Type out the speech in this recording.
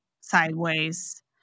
sideways